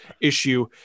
issue